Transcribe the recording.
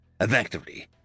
effectively